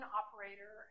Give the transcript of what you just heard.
operator